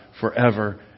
forever